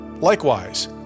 Likewise